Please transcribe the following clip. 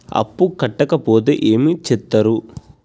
అప్పు కట్టకపోతే ఏమి చేత్తరు?